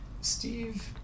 Steve